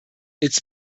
its